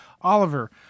Oliver